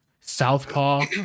Southpaw